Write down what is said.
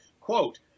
Quote